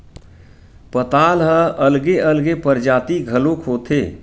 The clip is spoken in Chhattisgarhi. पताल ह अलगे अलगे परजाति घलोक होथे